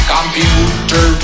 Computer